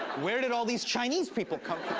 where did all these chinese people come